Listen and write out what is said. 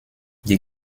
die